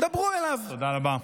תודה רבה.